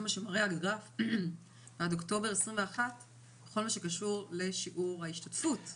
בכל מה שקשור לשיעור ההשתתפות בעבודה.